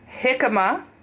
jicama